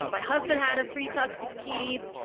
ah my husband had a pre tux to keep,